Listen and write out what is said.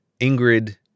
Ingrid